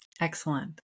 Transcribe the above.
Excellent